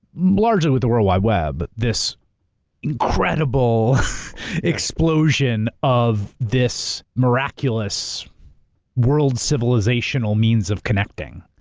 largely with the world wide web, this incredible explosion of this miraculous world civilizational means of connecting.